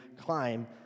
climb